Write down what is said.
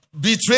Betrayed